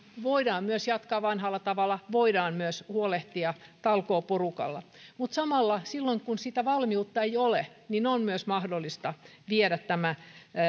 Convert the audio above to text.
voidaan myös jatkaa vanhalla tavalla voidaan myös huolehtia talkooporukalla mutta samalla silloin kun sitä valmiutta ei ole on myös mahdollista viedä tämä